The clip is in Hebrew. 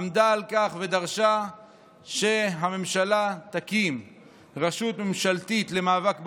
עמדה על כך ודרשה שהממשלה תקים רשות ממשלתית למאבק בעוני,